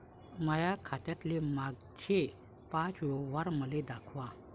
माया खात्यातले मागचे पाच व्यवहार मले दाखवा